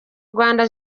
rwanda